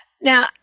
Now